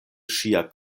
ŝia